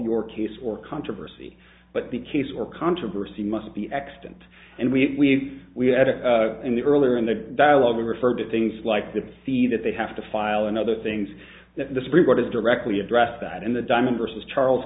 your case or controversy but the case or controversy must be extant and we we had it in the earlier in the dialogue we refer to things like that see that they have to file in other things that the supreme court is directly addressed that in the diamond versus charles